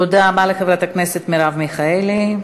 תודה רבה לחברת הכנסת מרב מיכאלי.